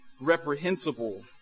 reprehensible